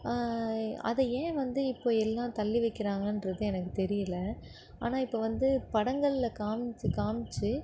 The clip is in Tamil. அதை ஏன் வந்து இப்போ எல்லாம் தள்ளி வைக்கிறாங்கன்றது எனக்கு தெரியல ஆனால் இப்போ வந்து படங்களில் காமிச்சி காமிச்சி